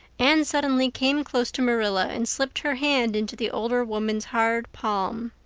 anne suddenly came close to marilla and slipped her hand into the older woman's hard palm.